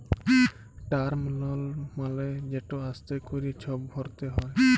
term loan মালে যেট আস্তে ক্যরে ছব ভরতে হ্যয়